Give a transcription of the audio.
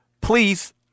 please